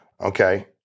okay